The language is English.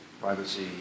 privacy